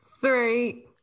three